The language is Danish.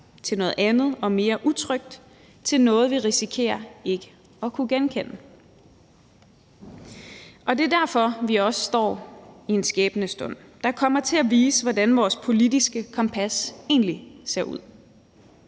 til noget andet og mere utrygt, til noget, vi risikerer ikke at kunne genkende. Det er også derfor, vi står i en skæbnestund, der kommer til at vise, hvordan vores politiske kompas egentlig ser ud.